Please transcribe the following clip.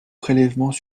prélèvements